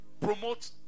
Promote